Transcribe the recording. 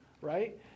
Right